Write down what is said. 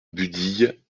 budille